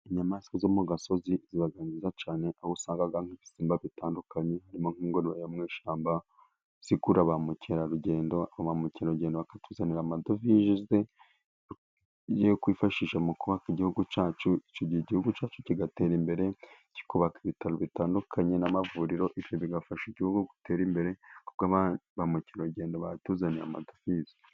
Inyamaswa zo mu gasozi ziba nziza cyane, aho usanga nk'ibisimba bitandukanye harimo nk'ingurube yo mu ishamba zikurura ba mukerarugendo, ba mukerarugendo bakatuzanira amadovize yo kwifashisha mu kubaka igihugu cyacu, icyo igihugu cyacu kigatera imbere, kikubaka ibitaro bitandukanye n'amavuriro, ibyo bigafasha igihugu gutera imbere, kuko ba mukerarugendo batuzaniye amadofize.